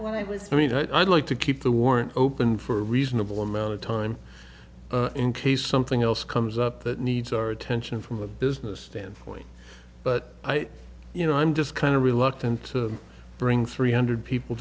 when i was freed i'd like to keep the warrant open for a reasonable amount of time in case something else comes up that needs our attention from a business standpoint but i you know i'm just kind of reluctant to bring three hundred people